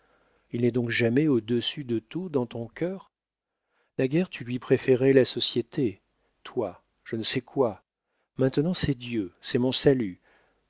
il n'est donc jamais au-dessus de tout dans ton cœur naguère tu lui préférais la société toi je ne sais quoi maintenant c'est dieu c'est mon salut